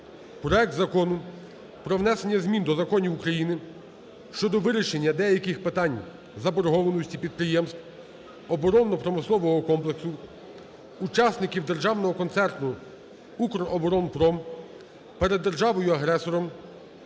проект Закону про внесення змін до Законів України щодо вирішення деяких питань заборгованості підприємств оборонно-промислового комплексу – учасників Державного концерну "Укроборонпром" перед державою-агресором